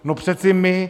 No přece my.